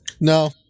No